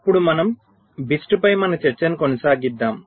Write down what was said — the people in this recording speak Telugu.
ఇప్పుడు మనము BIST పై మన చర్చను కొనసాగిద్దాము